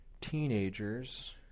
teenagers